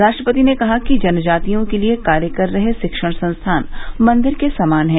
राष्ट्रपति ने कहा कि जनजातियों के लिए कार्य कर रहे शिक्षण संस्थान मंदिर के समान है